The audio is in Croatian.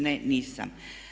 Ne, nisam.